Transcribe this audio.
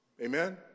Amen